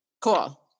Cool